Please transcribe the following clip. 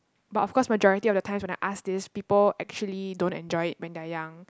but of course majority of the times when I ask this people actually don't enjoy it when they are young